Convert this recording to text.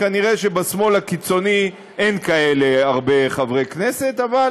נראה שבשמאל הקיצוני אין הרבה חברי כנסת כאלה,